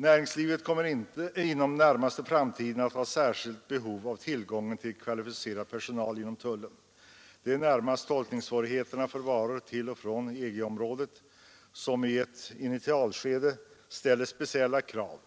Näringslivet kommer inom den närmaste framtiden att ha särskilt behov av tillgång till kvalificerad personal inom tullen. Det är närmast tolkningssvårigheterna för varor till och från EG-området som i ett initialskede ställer speciella krav.